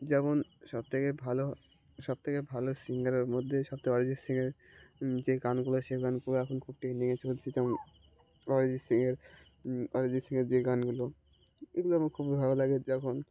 যেমন সবথেকে ভালো সবথেকে ভালো সিঙ্গারের মধ্যে সবথেকে অরিজিৎ সিংয়ের যে গানগুলো সেই গানগুলো এখন খুব ট্রেন্ডিংয়ে চলছে যেমন অরিজিৎ সিংয়ের অরিজিৎ সিংয়ের যে গানগুলো এগুলো আমার খুবই ভালো লাগে যেমন